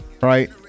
right